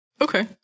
Okay